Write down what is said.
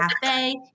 Cafe